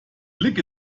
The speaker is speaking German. blick